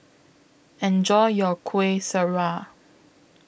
Enjoy your Kueh Syara